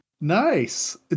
nice